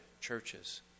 churches